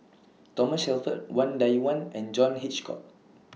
Thomas Shelford Wang Dayuan and John Hitchcock